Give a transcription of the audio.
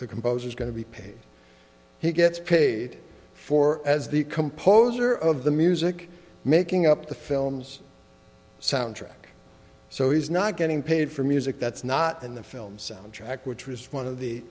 the composer is going to be paid he gets paid for as the composer of the music making up the films soundtrack so he's not getting paid for music that's not in the film soundtrack which was one of the